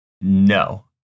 No